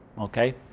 Okay